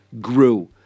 grew